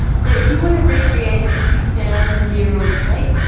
so if you want to recreate a two thousand year old cake,